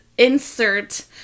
Insert